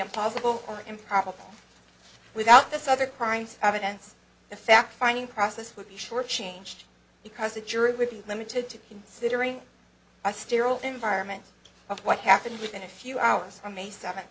impossible or improbable without the souther crimes evidence a fact finding process would be shortchanged because the jury would be limited to considering a sterile environment of what happened within a few hours on may seven